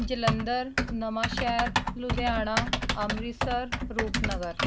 Jalandhar Nawanshahr Ludhiana Amritsar Rupnagar